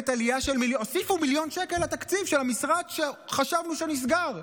הוסיפו מיליון שקל לתקציב של המשרד שחשבנו שנסגר,